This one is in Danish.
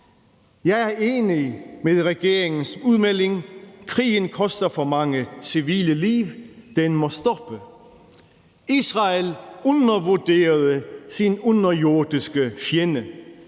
Jeg er enig i regeringens udmelding: Krigen koster for mange civile liv; den må stoppes. Israel undervurderede sin underjordiske fjende.